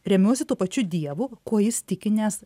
remiuosi tuo pačiu dievu kuo jis tiki nes